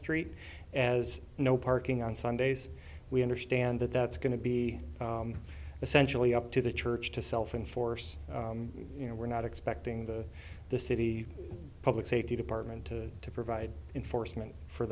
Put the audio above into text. street as no parking on sundays we understand that that's going to be essentially up to the church to self and force you know we're not expecting the the city public safety department to to provide in force meant for